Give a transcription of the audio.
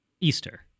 Easter